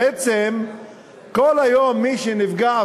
בעצם היום כל מי שנפגע,